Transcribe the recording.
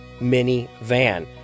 minivan